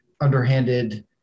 underhanded